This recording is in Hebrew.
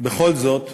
בכל זאת,